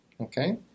Okay